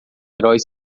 herói